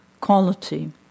quality